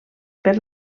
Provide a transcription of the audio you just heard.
per